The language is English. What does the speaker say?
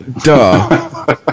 Duh